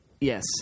Yes